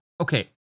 okay